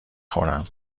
خورم